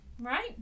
right